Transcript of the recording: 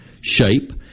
shape